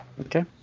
okay